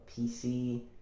PC